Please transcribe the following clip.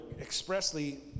expressly